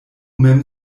mem